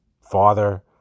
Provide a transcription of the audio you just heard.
father